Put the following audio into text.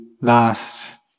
last